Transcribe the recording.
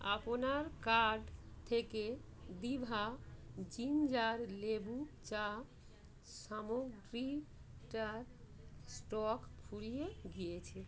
আপনার কার্ট থেকে Diva ginger লেবু চা সামগ্রীটার স্টক ফুরিয়ে গিয়েছে